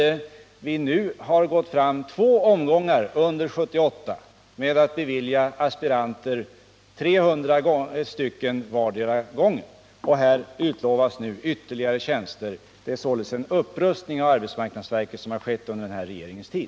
Dessutom har vi under 1978 beviljat aspiranter i två omgångar, 300 varje gång, och här utlovas nu ytterligare tjänster. Det är således en upprustning av arbetsmarknadsverket som har skett under denna tid.